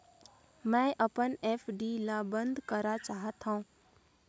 मैं अपन एफ.डी ल बंद करा चाहत हों